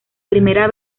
primera